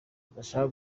udashaka